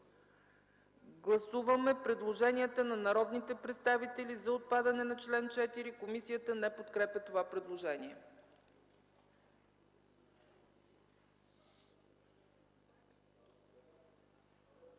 Гласуваме предложенията на народните представители за отпадане на чл. 4. Комисията не подкрепя това предложение.